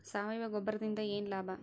ಸಾವಯವ ಗೊಬ್ಬರದಿಂದ ಏನ್ ಲಾಭ?